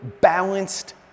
balanced